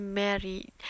married